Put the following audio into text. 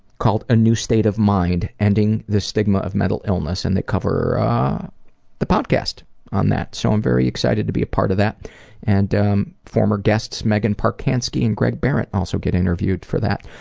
called a new state of mind ending the stigma of mental illness, and they cover the podcast on that, so i'm very excited to be a part of that and um former guests meghan parkansky and greg behrendt also get interviewed for that,